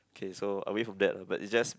okay so away from that ah but it's just